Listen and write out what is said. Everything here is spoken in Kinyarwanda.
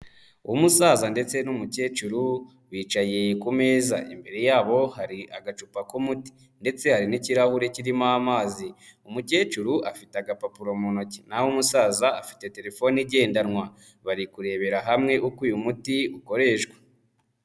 Umusaza ndetse n'umukecuru, bicaye ku meza. Imbere yabo hari agacupa k'umuti ndetse hari n'ikirahure kirimo amazi. Umukecuru afite agapapuro mu ntoki naho umusaza afite telefone igendanwa, bari kurebera hamwe, uko uyu muti ukoreshwa.